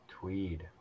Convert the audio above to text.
Tweed